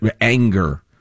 anger